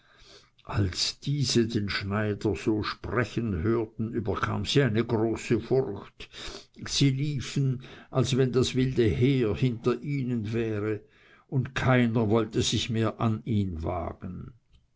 als diese den schneider so sprechen hörten überkam sie eine große furcht sie liefen als wenn das wilde heer hinter ihnen wäre und keiner wollte sich mehr an ihn wagen